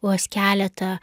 vos keleta